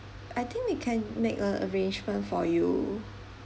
I think we can make a arrangement for you